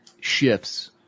shifts